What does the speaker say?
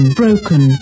broken